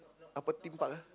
apa</malay theme park ah